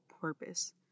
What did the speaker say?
purpose